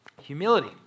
Humility